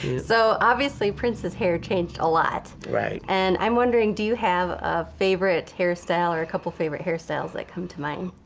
so obviously prince's hair changed a lot and i'm wondering do you have a favorite hairstyle or couple of favorite hairstyles that come to mind?